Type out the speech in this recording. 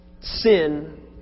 Sin